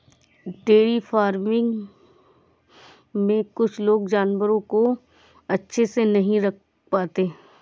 dairy farming में कुछ लोग जानवरों को अच्छे से नहीं रख पाते